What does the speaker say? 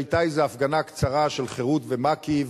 כשהיתה איזו הפגנה קצרה של חרות ומק"י,